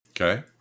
okay